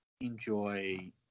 enjoy